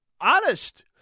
Honest